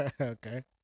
Okay